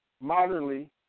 modernly